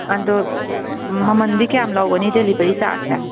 ꯑꯗꯣ ꯃꯃꯜꯗꯤ ꯀꯌꯥꯝ ꯂꯧꯒꯅꯤ ꯗꯦꯂꯤꯕꯔꯤ ꯆꯥꯔꯖꯁꯦ